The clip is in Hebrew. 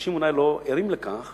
אנשים אולי לא ערים לכך